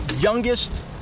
youngest